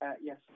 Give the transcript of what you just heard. Yes